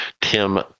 Tim